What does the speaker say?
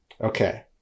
Okay